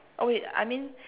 oh wait I mean